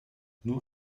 nur